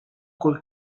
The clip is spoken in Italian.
col